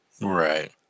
Right